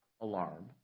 Alarm